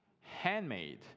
handmade